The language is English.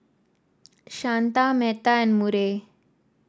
Shanta Metta and Murray